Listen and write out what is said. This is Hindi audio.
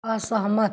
असहमत